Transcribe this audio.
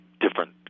different